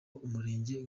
umurenge